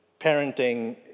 parenting